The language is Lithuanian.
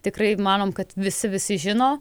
tikrai manom kad visi visi žino